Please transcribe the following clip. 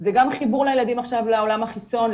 זה גם החיבור לילדים עכשיו לעולם החיצון,